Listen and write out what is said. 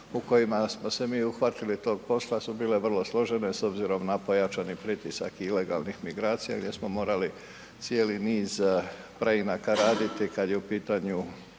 u kojima smo se mi uhvatili tog posla su bile vrlo složene s obzirom na pojačani pritisak ilegalnih migracija jer smo morali cijeli niz preinaka raditi kad je u pitanju